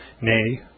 nay